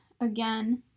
again